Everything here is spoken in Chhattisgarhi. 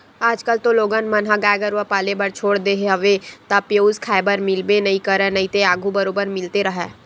आजकल तो लोगन मन ह गाय गरुवा पाले बर छोड़ देय हवे त पेयूस खाए बर मिलबे नइ करय नइते आघू बरोबर मिलते राहय